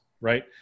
right